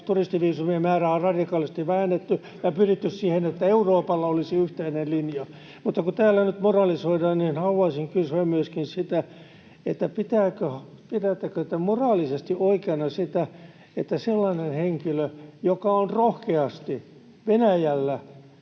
Turistiviisumien määrää on radikaalisti vähennetty, ja on pyritty siihen, että Euroopalla olisi yhteinen linja. Mutta kun täällä nyt moralisoidaan, niin haluaisin kysyä myöskin sitä, pidättekö te moraalisesti oikeana sitä, että sellaiselta henkilöltä, joka on rohkeasti Venäjällä